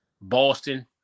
Boston